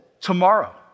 tomorrow